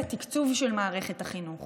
בתקצוב של מערכת החינוך,